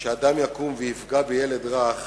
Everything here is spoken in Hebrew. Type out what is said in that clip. שאדם יקום ויפגע בילד רך